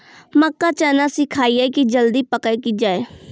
मक्का चना सिखाइए कि जल्दी पक की जय?